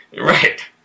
Right